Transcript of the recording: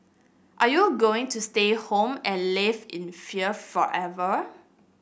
are you going to stay home and live in fear forever